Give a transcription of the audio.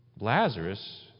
Lazarus